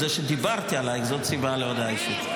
זה שדיברתי עלייך, זאת סיבה להודעה אישית.